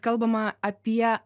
kalbama apie